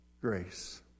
grace